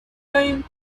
name